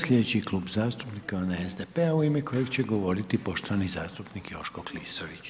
Sljedeći Klub zastupnika je onaj SDP-a u ime kojeg će govoriti poštovani zastupnik Joško Klisović.